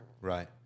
Right